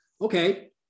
okay